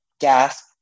GASP